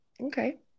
Okay